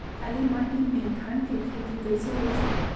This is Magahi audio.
काली माटी में धान के खेती कईसे होइ छइ?